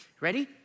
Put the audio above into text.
Ready